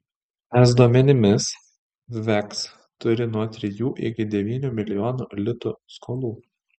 es duomenimis veks turi nuo trijų iki devynių milijonų litų skolų